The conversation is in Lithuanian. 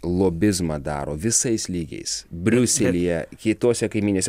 lobizmą daro visais lygiais briuselyje kitose kaimynėse